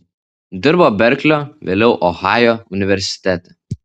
dirbo berklio vėliau ohajo universitete